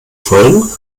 folgen